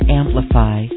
amplify